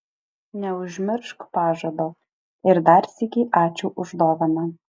neužmiršk pažado ir dar sykį ačiū už dovaną